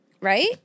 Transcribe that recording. right